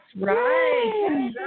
right